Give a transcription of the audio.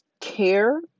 care